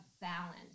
balance